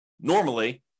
normally